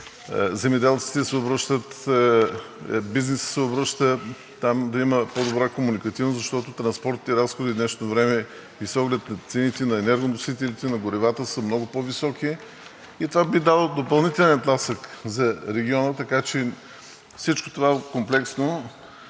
земеделците се обръщат, бизнесът се обръща за това там да има по-добра комуникативност, защото транспортните разходи в днешно време – с оглед и цените на енергоносителите и на горивата, са много по-високи и това би дало допълнителен тласък за региона. Така че всичко това да